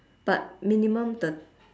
but minimum thir~